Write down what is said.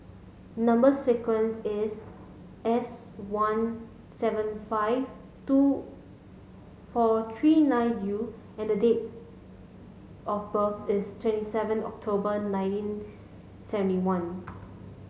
number sequence is S one seven five two four three nine U and the date of birth is twenty seven October nineteen seventy one